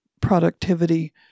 productivity